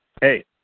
Hey